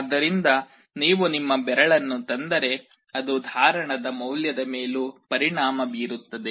ಆದ್ದರಿಂದ ನೀವು ನಿಮ್ಮ ಬೆರಳನ್ನು ತಂದರೆ ಅದು ಧಾರಣದ ಮೌಲ್ಯದ ಮೇಲೂ ಪರಿಣಾಮ ಬೀರುತ್ತದೆ